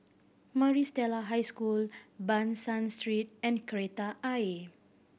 Maris Stella High School Ban San Street and Kreta Ayer